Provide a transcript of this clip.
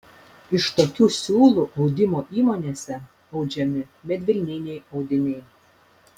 iš tokių siūlų audimo įmonėse audžiami medvilniniai audiniai